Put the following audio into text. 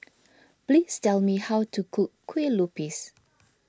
please tell me how to cook Kueh Lupis